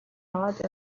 аваад